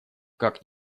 как